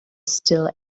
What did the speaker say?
still